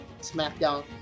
SmackDown